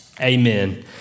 Amen